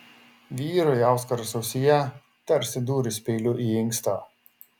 vyrui auskaras ausyje tarsi dūris peiliu į inkstą